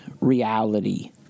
reality